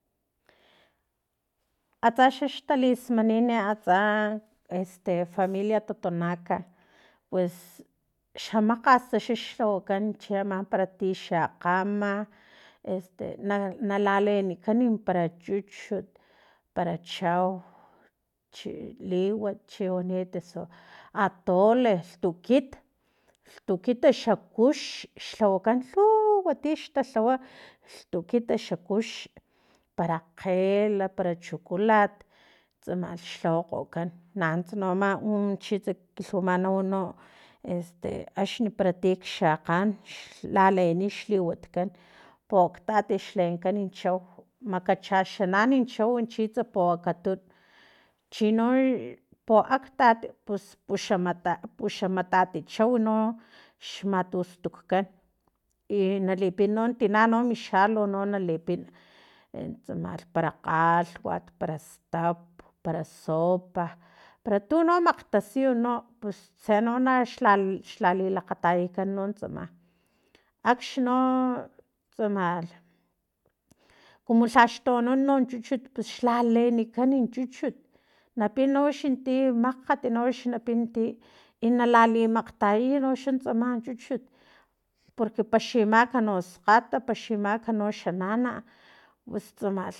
Atsa xax talismanin atsa este familia totonaca pues xa makgas xax xlhawakan cheama para ti xakgan ama este na nalalenikan para chuchut para chau chi liwat chiwanit eso atole lhtukit lhukit xa kux xlhawakan lhuwa tix talhawa lhtukit xa kux para kgel para chukulat tsamalh xlhawakgokan nanuntsa na chit tsa kilhumanau axni para tik xakgan x laleni xliwat kan poktati xleenkan chau makachaxankanan chau chitsa pokgatun chino i poaktat pus puxamatati chau xmastujkan i nalipin tina no mi xalo no na lipin e tsamalh para kgalhwat para stap para sopa para tu no makgtasiyu no pus tse no na xla xla lilakgatayakan no tsama akgxni no tsama kumu lhax toanan no chuchut pus xla leenikan chuchut napin noxan tiyay makgat makgat no xa na pin tiyiy i na lali makgtayay noxa tsama chuchut porque paximak no skgat paximak no xanana pus tsamalh